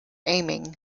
aiming